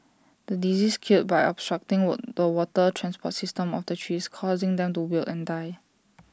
the disease killed by obstructing the water transport system of the trees causing them to wilt and die